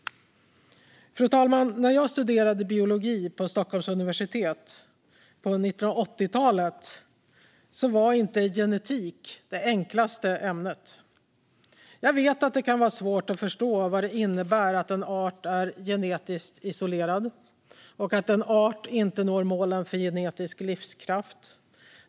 Fru talman! När jag studerade biologi på Stockholms universitet på 1980-talet var inte genetik det enklaste ämnet. Jag vet att det kan vara svårt att förstå vad det innebär att en art är genetiskt isolerad och att en art inte når målen för genetisk livskraft.